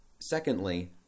Secondly